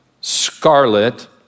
scarlet